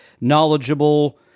knowledgeable